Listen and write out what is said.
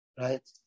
Right